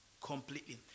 completely